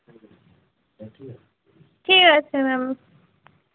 ঠিক আছে ম্যাম